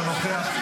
אני לא שומע את